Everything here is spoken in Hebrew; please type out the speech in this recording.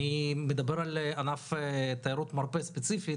אני מדבר על ענף תיירות מרפא ספציפית